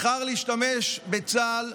בחר להשתמש בצה"ל,